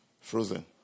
Frozen